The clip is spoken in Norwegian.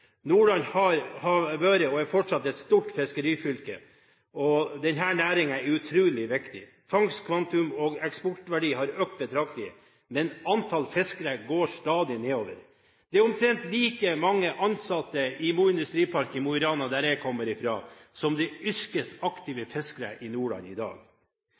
Nordland har vært, og er fortsatt, et stort fiskerifylke, og denne næringen er utrolig viktig. Fangstkvantum og eksportverdi har økt betraktelig, men antall fiskere går stadig nedover. Det er omtrent like mange ansatte i Mo Industripark i Mo i Rana, der jeg kommer fra, som det er yrkesaktive fiskere i Nordland i dag.